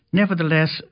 nevertheless